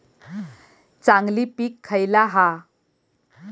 चांगली पीक खयला हा?